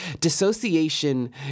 Dissociation